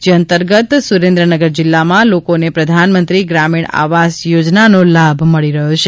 જે અંતર્ગત સુરેન્દ્રનગર જીલ્લામાં લોકોને પ્રધાનમંત્રી ગ્રામીણ આવાસ યોજનાનો લાભ મળી રહ્યો છે